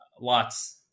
lots